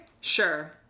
Sure